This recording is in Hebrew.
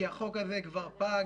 כי החוק הזה כבר פג.